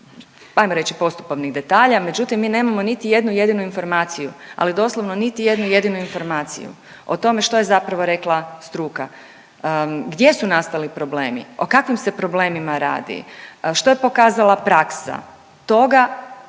pa ajmo reći, postupovnih detalja, međutim, mi nemamo niti jednu jedinu informaciju, ali doslovno niti jednu jedinu informaciju o tome što je zapravo rekla struka, gdje su nastali problemi, o kakvim se problemima radi, što je pokazala praksa, toga